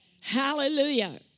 Hallelujah